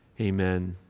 amen